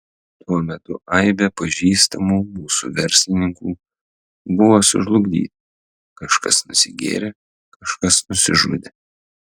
tuo metu aibė pažįstamų mūsų verslininkų buvo sužlugdyti kažkas nusigėrė kažkas nusižudė